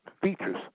features